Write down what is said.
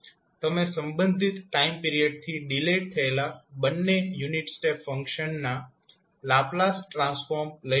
તમે સંબંધિત ટાઈમ પિરિયડથી ડિલેય્ડ થયેલા બંને યુનિટ સ્ટેપ ફંક્શનના લાપ્લાસ ટ્રાન્સફોર્મ લઈ શકો છો